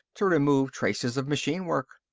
to remove traces of machine work.